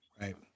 Right